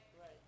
Right